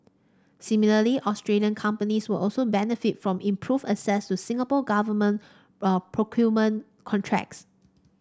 similarly Australian companies will also benefit from improved access to Singapore Government procurement contracts